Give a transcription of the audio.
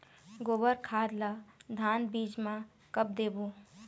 गोबर खाद ला धान बीज म कब देबो?